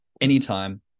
anytime